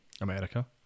america